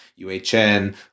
UHN